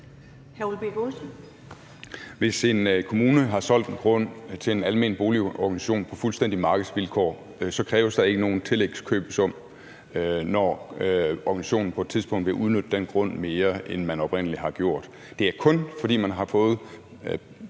Hvis en kommune har solgt en grund til en almen boligorganisation helt på markedsvilkår, kræves der ikke nogen tillægskøbesum, når organisationen på et tidspunkt vil udnytte den grund mere, end man oprindelig har gjort. Det er kun, fordi man har fået